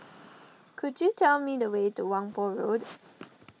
could you tell me the way to Whampoa Road